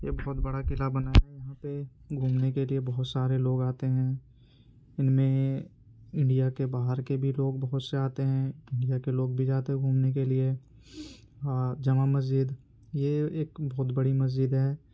یہ بہت بڑا قلعہ بنایا گیا ہے یہاں پہ گھومنے کے لیے بہت سارے لوگ آتے ہیں ان میں انڈیا کے باہر کے بھی لوگ بہت سے آتے ہیں انڈیا کے لوگ بھی جاتے ہے گھومنے کے لیے اور جامع مسجد یہ ایک بہت بڑی مسجد ہے